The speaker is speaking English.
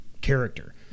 character